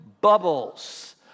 bubbles